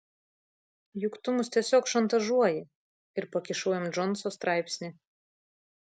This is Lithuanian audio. juk tu mus tiesiog šantažuoji ir pakišau jam džonso straipsnį